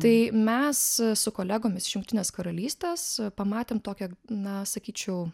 tai mes su kolegomis iš jungtinės karalystės pamatėm tokią na sakyčiau